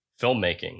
filmmaking